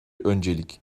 öncelik